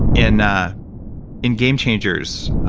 in ah in game changers,